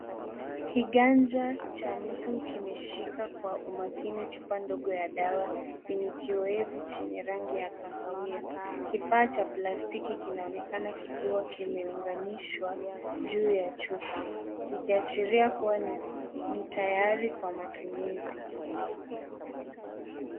Kiganja cha mtu kimeshika kwa umakini chupa ndogo ya dawa yenye kioevu cheney rangi ya kahawia. kifaa cha plastiki kinaonekana kikiwa kimeunganishwa juu ya chupa. Kikiashiria kuwa ni tayari kwa matumizi.